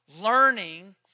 Learning